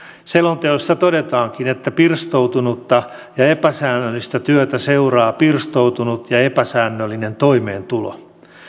selonteossa todetaankin että pirstoutunutta ja epäsäännöllistä työtä seuraa pirstoutunut ja epäsäännöllinen toimeentulo